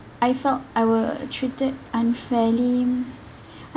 I felt I were treated unfairly